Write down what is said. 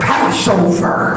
Passover